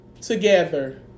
together